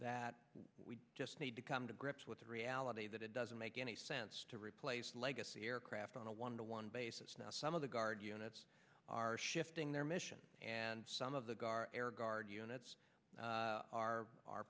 that we just need to come to grips with the reality that it doesn't make any sense to replace legacy aircraft on a one to one basis now some of the guard units are shifting their mission and some of the gaar air guard units are are